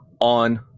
on